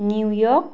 new York